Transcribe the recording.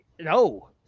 No